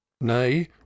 Nay